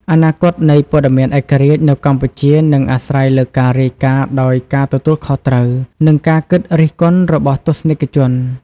អនាគតនៃព័ត៌មានឯករាជ្យនៅកម្ពុជានឹងអាស្រ័យលើការរាយការណ៍ដោយការទទួលខុសត្រូវ និងការគិតរិះគន់របស់ទស្សនិកជន។